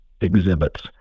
exhibits